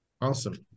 Awesome